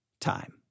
time